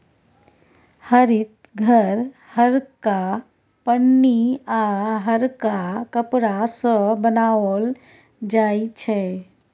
हरित घर हरका पन्नी आ हरका कपड़ा सँ बनाओल जाइ छै